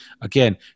again